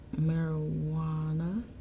Marijuana